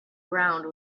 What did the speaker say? ground